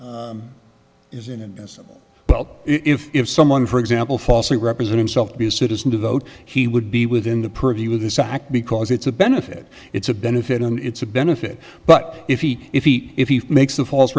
civil well if someone for example falsely represent himself to be a citizen to vote he would be within the purview of this act because it's a benefit it's a benefit and it's a benefit but if he if he if he makes a false